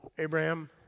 Abraham